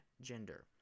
gender